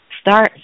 start